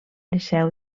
liceu